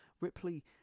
Ripley